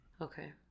Okay